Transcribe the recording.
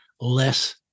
less